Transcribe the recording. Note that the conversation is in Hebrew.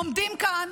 עומדים כאן